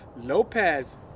lopez